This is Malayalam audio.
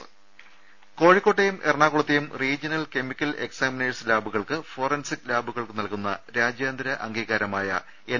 രദ്ദേഷ്ടങ കോഴിക്കോട്ടെയും എറണാകുളത്തെയും റീജ്യണൽ കെമിക്കൽ എക്സാ മിനേഴ്സ് ലാബുകൾക്ക് ഫോറൻസിക് ലാബുകൾക്ക് നൽകുന്ന രാജ്യാന്തര അംഗീകാരമായ എൻ